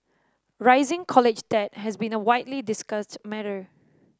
rising college debt has been a widely discussed matter